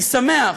אני שמח